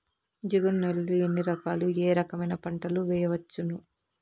జిగురు నేలలు ఎన్ని రకాలు ఏ రకమైన పంటలు వేయవచ్చును?